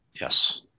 Yes